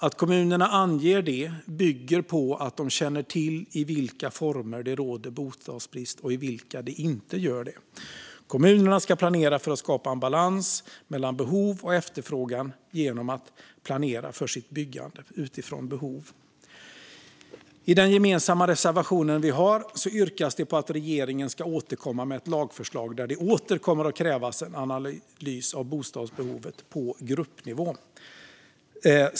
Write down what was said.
Att kommunerna anger det bygger på att de känner till i vilka former det råder bostadsbrist och i vilka det inte gör det. Kommunerna ska planera för att skapa balans mellan behov och efterfrågan genom att planera för sitt byggande utifrån behov. I vår gemensamma reservation yrkas det på att regeringen ska återkomma med ett lagförslag där det åter kommer att krävas en analys av bostadsbehovet på gruppnivå.